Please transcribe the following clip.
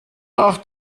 ach